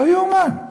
לא ייאמן.